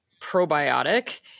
probiotic